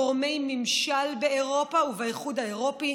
גורמי ממשל באירופה ובאיחוד האירופי,